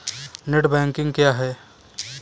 Net banking क्या है?